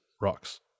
rocks